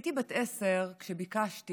הייתי בת עשר כשביקשתי,